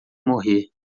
morrer